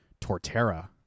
Torterra